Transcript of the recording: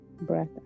breath